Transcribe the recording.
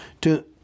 to